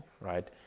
right